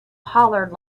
hollered